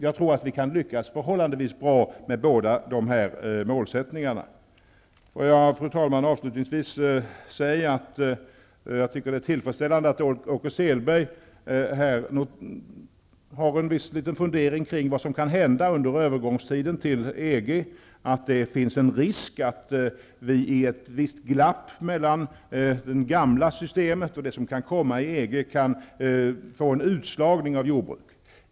Jag tror att vi kan lyckas förhållandevis bra med båda dessa mål. Jag vill, fru talman, avslutningsvis säga att det var intressant att höra Åke Selbergs fundering om vad som kan hända under övergångstiden inför EG inträdet. Han sade att det finns en risk för att vi i ett visst glapp mellan det gamla systemet och det som kan komma i EG kan få en utslagning av jordbruk.